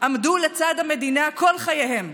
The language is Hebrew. עמדו לצד המדינה כל חייהם,